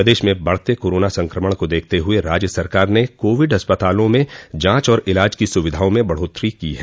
प्रदेश में बढते कोरोना संक्रमण को देखते हुए राज्य सरकार ने कोविड अस्पतालों में जांच और इलाज की सुविधाओं में बढोतरी की है